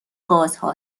گازها